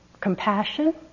compassion